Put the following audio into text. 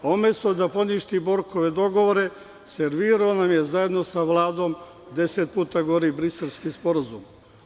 Umesto da poništi Borkove dogovore, servirao nam je zajedno sa Vladom deset puta gori Briselski sporazum.